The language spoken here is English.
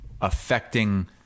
affecting